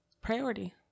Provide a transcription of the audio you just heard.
priority